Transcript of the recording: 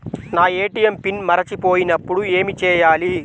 నా ATM pin మరచిపోయినప్పుడు ఏమి చేయాలి?